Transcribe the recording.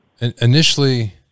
Initially